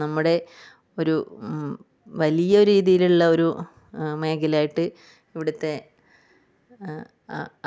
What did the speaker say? നമ്മുടെ ഒരു വലിയ രീതിയിലുള്ളൊരു മേഖലയായിട്ട് ഇവിടുത്തെ